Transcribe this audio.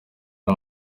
ari